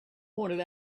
pointed